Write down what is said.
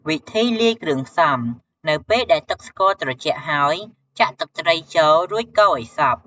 វិធីលាយគ្រឿងផ្សំ នៅពេលដែលទឹកស្ករត្រជាក់ហើយ ចាក់ ទឹកត្រី ចូល រួចកូរឲ្យសព្វ។